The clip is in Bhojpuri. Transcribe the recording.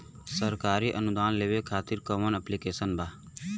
सरकारी अनुदान लेबे खातिर कवन ऐप्लिकेशन बा?